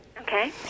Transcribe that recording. Okay